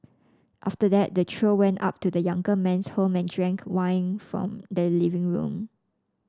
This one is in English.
after that the trio went up to the younger man's home and drank wine from the living room